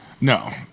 No